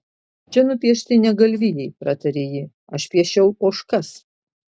čia nupiešti ne galvijai pratarė ji aš piešiau ožkas